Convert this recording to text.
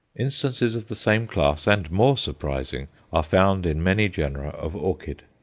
instances of the same class and more surprising are found in many genera of orchid.